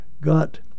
got